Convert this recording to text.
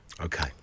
Okay